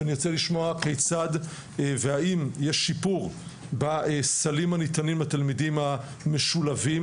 אני רוצה לשמוע כיצד והאם יש שיפור בסלים הניתנים לתלמידים המשולבים,